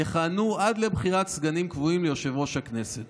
יכהנו עד לבחירת סגנים קבועים ליושב-ראש הכנסת.